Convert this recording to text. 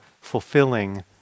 fulfilling